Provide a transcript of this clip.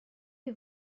que